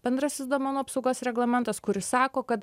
bendrasis duomenų apsaugos reglamentas kuris sako kad